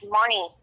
money